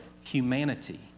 humanity